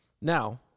Now